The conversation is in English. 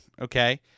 okay